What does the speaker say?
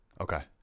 Okay